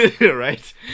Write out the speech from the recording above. right